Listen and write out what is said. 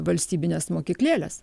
valstybines mokyklėles